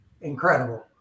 Incredible